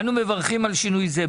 אנו מברכים על שינוי זה.